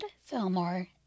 Fillmore